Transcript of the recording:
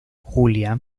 julia